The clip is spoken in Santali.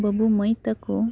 ᱵᱟᱹᱵᱩ ᱢᱟᱹᱭ ᱛᱟᱠᱚ